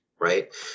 right